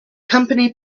company